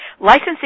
Licensing